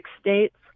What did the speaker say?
states